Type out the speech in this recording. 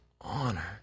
honor